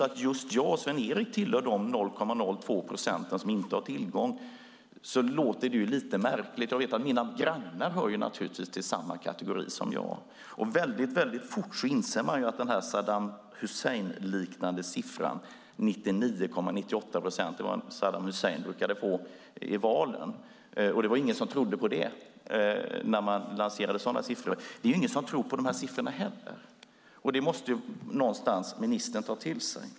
Att just jag och Sven-Erik skulle tillhöra de 0,02 procent som inte har tillgång till det trådlösa nätet låter lite märkligt. Jag vet att mina grannar naturligtvis hör till samma kategori som jag. Siffran 99,98 procent är Saddam Hussein-liknande. Det var vad Saddam Hussein brukade få i valen, men det var ingen som trodde på det, när sådana siffror lanserades. Det är inte heller någon som tror på de här siffrorna. Det måste ministern ta till sig på något sätt.